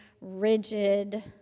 rigid